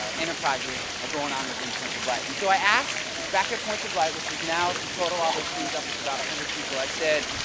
ah enterprises are going on within points of light. and so i asked back at points of light, which is now if you total all those things up it's about a hundred people, i said,